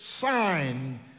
sign